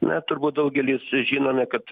na turbūt daugelis žinome kad